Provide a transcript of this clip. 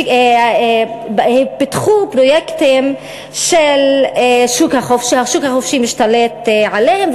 פיתחו פרויקטים שהשוק החופשי משתלט עליהם,